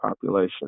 population